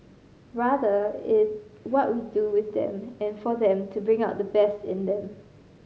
rather it is what we do with them and for them to bring out the best in them